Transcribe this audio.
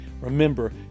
Remember